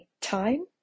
time